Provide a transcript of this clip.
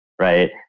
right